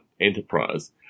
enterprise